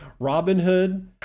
Robinhood